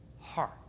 heart